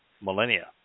millennia